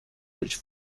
which